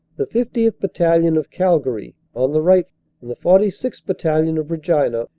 the fiftieth. battalion, of calgary, on the right and the forty sixth. battalion, of regina,